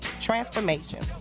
Transformation